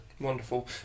wonderful